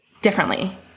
differently